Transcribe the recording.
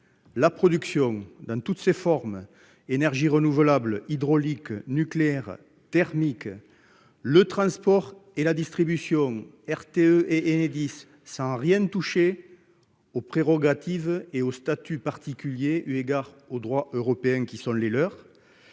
La production dans toutes ses formes. Énergies renouvelables hydraulique nucléaire thermique, le transport et la distribution RTE et Enedis sans rien toucher aux prérogatives et au statut particulier, eu égard au droit européen qui sont les leurs.